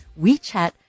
WeChat